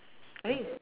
I mean